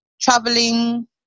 traveling